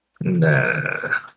Nah